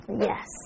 Yes